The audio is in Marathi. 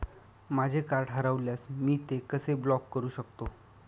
माझे कार्ड हरवल्यास मी ते कसे ब्लॉक करु शकतो?